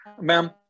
Ma'am